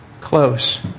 close